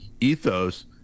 ethos